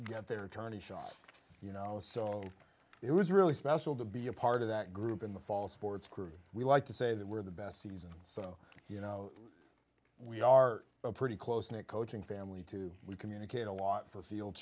get their tourney shot you know so it was really special to be a part of that group in the fall sports crew we like to say that we're the best season so you know we are a pretty close knit coaching family too we communicate a lot for field